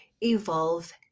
evolve